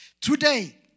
Today